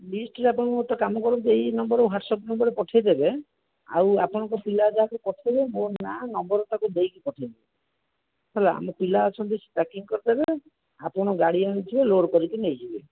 ଲିଷ୍ଟରେ ଆପଣ ଗୋଟେ କାମ କରନ୍ତୁ ଏଇ ନମ୍ବର ହ୍ୱାଟ୍ସଅପ୍ ନମ୍ବର୍ରେ ପଠେଇ ଦେବେ ଆଉ ଆପଣଙ୍କ ପିଲା ଯାହାକୁ ପଠେଇବେ ମୋ ନାଁ ନମ୍ବର୍ ତାକୁ ଦେଇକି ପଠେଇବେ ହେଲା ଆମ ପିଲା ଅଛନ୍ତି ସେ ପ୍ୟାକିଙ୍ଗ୍ କରିଦେବେ ଆପଣ ଗାଡ଼ି ଆଣିଥିବେ ଲୋଡ଼୍ କରିକି ନେଇଯିବେ